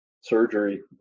surgery